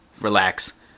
relax